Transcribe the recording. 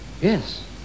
Yes